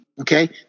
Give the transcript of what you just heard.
Okay